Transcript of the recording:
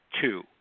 two